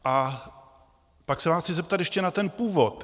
A pak se vás chci zeptat ještě na ten původ.